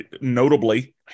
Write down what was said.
notably